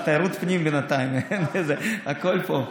זו תיירות פנים, בינתיים, הכול פה.